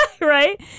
right